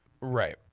Right